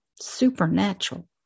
supernatural